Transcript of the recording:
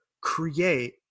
create